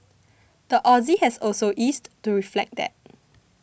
the Aussie has also eased to reflect that